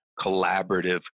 collaborative